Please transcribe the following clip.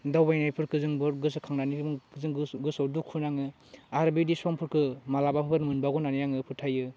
दावबानायफोरखौ जों बुहुत गोसोखांनानै जों जों गोसोआव दुखु नाङो आरो बिदि समफोरखौ मालाबाफोर मोनबावगोन होनानै आङो फोथायो